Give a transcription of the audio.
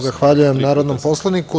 Zahvaljujem narodnom poslaniku.